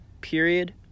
period